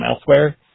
elsewhere